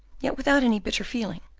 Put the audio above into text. yet without any bitter feeling,